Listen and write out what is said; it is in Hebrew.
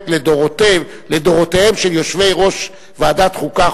לדורותיהם של יושבי-ראש ועדת החוקה,